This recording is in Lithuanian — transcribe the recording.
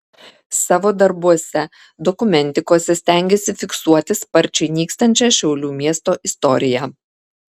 savo darbuose dokumentikose stengiasi fiksuoti sparčiai nykstančią šiaulių miesto istoriją